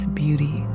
beauty